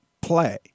play